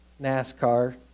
NASCAR